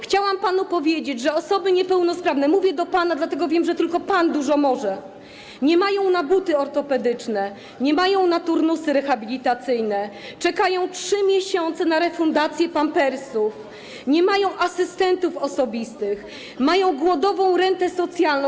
Chciałam panu powiedzieć, że osoby niepełnosprawne - mówię do pana, dlatego że wiem, że tylko pan dużo może - nie mają na buty ortopedyczne, nie mają na turnusy rehabilitacyjne, czekają 3 miesiące na refundacje pampersów, nie mają asystentów osobistych, mają głodową rentę socjalną.